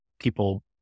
people